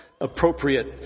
appropriate